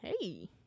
Hey